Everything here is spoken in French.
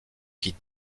qui